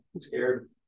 scared